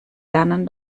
lernen